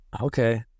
Okay